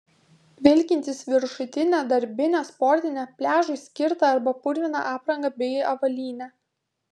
vilkintys viršutinę darbinę sportinę pliažui skirtą arba purviną aprangą bei avalynę